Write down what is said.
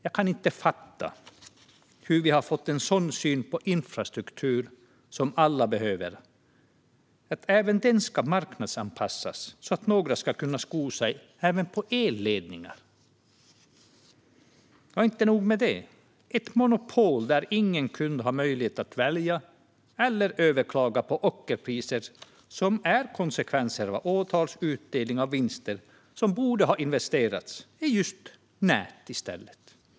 Jag kan inte fatta hur vi har fått en sådan syn på sådan infrastruktur som alla behöver att även den ska marknadsanpassas och att några ska kunna sko sig på även elledningar. Och inte nog med det: Det är ett monopol där ingen kund har möjlighet att välja eller överklaga de ockerpriser som är konsekvenser av åratals utdelningar av vinster, som i stället borde ha investerats i just nät.